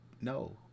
no